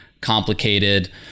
complicated